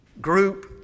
group